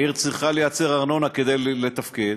העיר צריכה לייצר ארנונה כדי לתפקד.